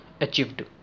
achieved